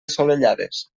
assolellades